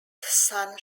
son